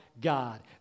God